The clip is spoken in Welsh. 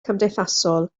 cymdeithasol